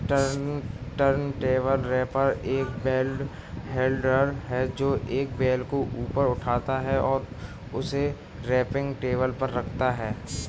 turntable wrapper एक bale handler है, जो एक बेल को ऊपर उठाता है और उसे रैपिंग टेबल पर रखता है